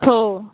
हो